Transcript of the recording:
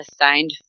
assigned